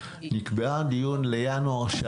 שנקבע דיון לינואר?